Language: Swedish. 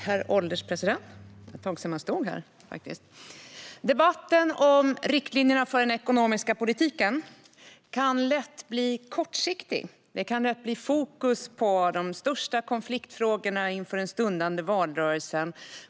Herr ålderspresident! Det var ett tag sedan man stod här. Debatten om riktlinjerna för den ekonomiska politiken kan lätt bli kortsiktig, och fokus kan lätt hamna på de största konfliktfrågorna i den stundande valrörelsen.